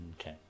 Okay